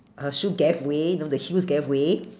her shoe gave way you know the heels gave way